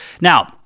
Now